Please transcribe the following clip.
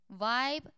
Vibe